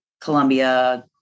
Colombia